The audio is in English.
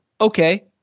okay